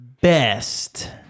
best